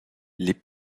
les